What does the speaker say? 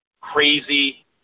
crazy